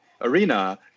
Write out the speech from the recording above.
arena